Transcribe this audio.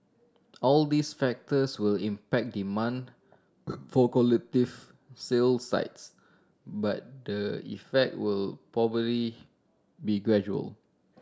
all these factors will impact demand for collective sale sites but the effect will probably be gradual